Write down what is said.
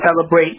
celebrate